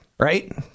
Right